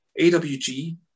AWG